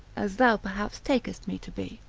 as thou perhaps takest me to be.